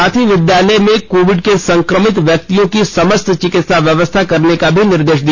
साथ ही विद्यालय में कोविड के संक्रमित व्यक्तियो की समस्त चिकित्सा व्यवस्था करने का निर्देश दिया